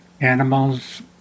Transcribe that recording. animals